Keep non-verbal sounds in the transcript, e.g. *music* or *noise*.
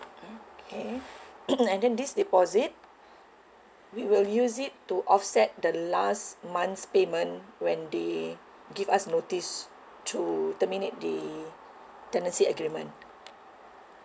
mm okay *coughs* and then this deposit we will use it to offset the last month's payment when they give us notice to terminate the tenancy agreement